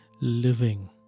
living